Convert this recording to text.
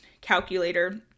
calculator